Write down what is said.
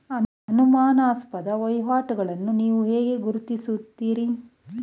ಅನುಮಾನಾಸ್ಪದ ವಹಿವಾಟುಗಳನ್ನು ನೀವು ಹೇಗೆ ಗುರುತಿಸುತ್ತೀರಿ?